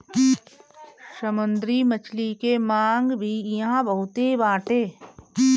समुंदरी मछली के मांग भी इहां बहुते बाटे